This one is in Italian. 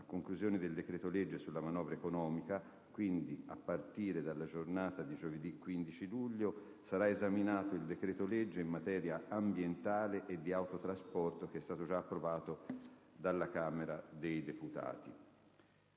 a conclusione del decreto-legge sulla manovra economica, quindi a partire dalla giornata di giovedì 15 luglio, sarà esaminato il decreto-legge in materia ambientale e di autotrasporto, già approvato dalla Camera dei deputati.